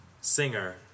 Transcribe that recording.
singer